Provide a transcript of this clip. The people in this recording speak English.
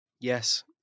Yes